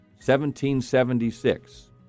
1776